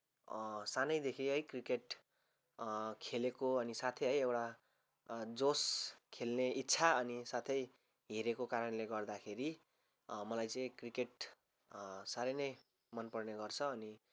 सानैदेखि है क्रिकेट खेलेको अनि साथै है एउटा जोस खेल्ने इच्छा अनि साथै हेरेको कारणले गर्दाखेरि मलाई चाहिँ क्रिकेट साह्रै नै मनपर्ने गर्छ अनि